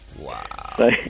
Wow